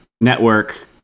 network